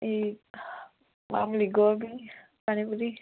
ಈ ಮಾಮೂಲಿ ಗೋಬಿ ಪಾನಿಪುರಿ